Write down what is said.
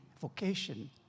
vocation